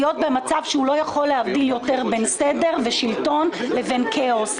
יכולת להבדיל בין סדר ושלטון לבין כאוס.